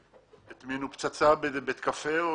שלא יטמינו פצצה באיזה בית קפה,